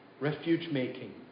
refuge-making